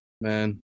Man